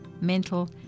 mental